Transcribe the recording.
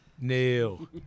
Neil